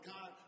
God